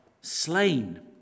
slain